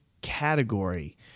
category